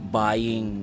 buying